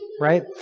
right